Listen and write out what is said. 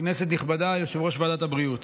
כנסת נכבדה, יושב-ראש ועדת הבריאות,